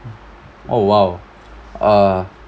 oh !wow! uh